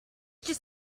just